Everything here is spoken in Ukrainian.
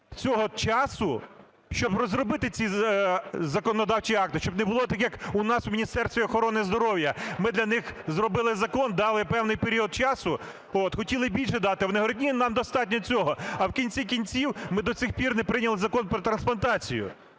цього часу, щоб розробити ці законодавчі акти? Щоб не було так, як у нас в Міністерстві охорони здоров'я. Ми для них зробили закон, дали певний період часу, хотіли більше дати, а вони говорять: ні, нам достатньо цього. А в кінці кінців ми до сих пір не прийняли Закон про трансплантацію.